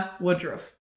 Woodruff